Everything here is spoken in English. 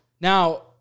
Now